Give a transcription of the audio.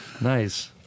nice